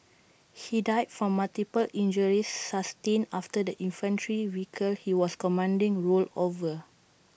he died from multiple injuries sustained after the infantry vehicle he was commanding rolled over